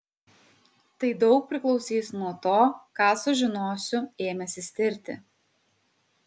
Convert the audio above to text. tai daug priklausys nuo to ką sužinosiu ėmęsis tirti